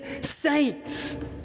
saints